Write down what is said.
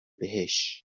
بهش